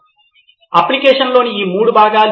విద్యార్థి నితిన్ అప్లికేషన్లోని ఈ మూడు భాగాలు